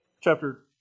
chapter